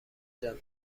جان